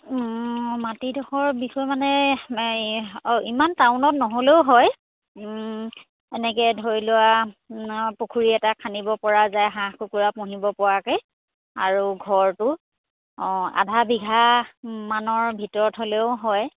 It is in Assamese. মাটিডোখৰ বিষয়ে মানে এই ইমান টাউনত নহ'লেও হয় এনেকৈ ধৰি লোৱা পুখুৰী এটা খান্দিব পৰা যায় হাঁহ কুকুৰা পুহিব পৰাকৈ আৰু ঘৰটো অঁ আধা বিঘামানৰ ভিতৰত হ'লেও হয়